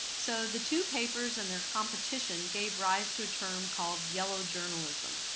so the two papers and their competition gave rise to a term called yellow journalism.